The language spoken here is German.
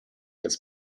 des